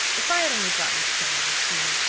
if i had only brought my sewing-machine!